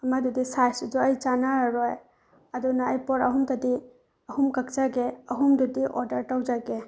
ꯑꯃꯗꯨꯗꯤ ꯁꯥꯏꯁꯇꯨꯁꯨ ꯑꯩ ꯆꯥꯟꯅꯔꯔꯣꯏ ꯑꯗꯨꯅ ꯑꯩ ꯄꯣꯠ ꯑꯍꯨꯝꯗꯗꯤ ꯑꯍꯨꯝ ꯀꯛꯆꯒꯦ ꯑꯍꯨꯝꯗꯗꯤ ꯑꯣꯔꯗꯔ ꯇꯧꯖꯒꯦ